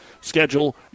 Schedule